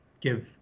give